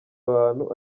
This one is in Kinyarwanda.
abantu